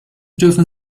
dürfen